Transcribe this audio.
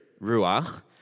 ruach